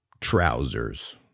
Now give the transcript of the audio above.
trousers